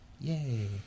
Yay